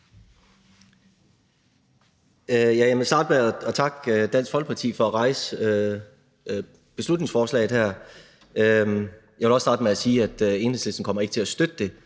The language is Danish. Jeg vil starte med at takke Dansk Folkeparti for at have fremsat beslutningsforslaget her, og jeg vil også sige, at Enhedslisten ikke kommer til at støtte det,